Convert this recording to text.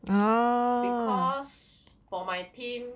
because for my team